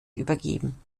übergeben